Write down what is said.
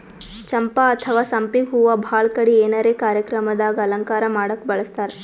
ಚಂಪಾ ಅಥವಾ ಸಂಪಿಗ್ ಹೂವಾ ಭಾಳ್ ಕಡಿ ಏನರೆ ಕಾರ್ಯಕ್ರಮ್ ದಾಗ್ ಅಲಂಕಾರ್ ಮಾಡಕ್ಕ್ ಬಳಸ್ತಾರ್